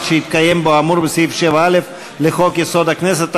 שהתקיים בו האמור בסעיף 7א לחוק-יסוד: הכנסת),